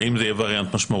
האם זה יהיה וריאנט משמעותי?